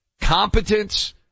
competence